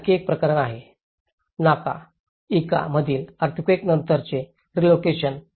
हे आणखी एक प्रकरण आहे नाका इका मधील अर्थक्वेकनंतरचे रिलोकेशन